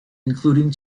including